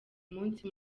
munsi